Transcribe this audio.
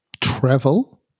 travel